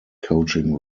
coaching